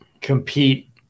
compete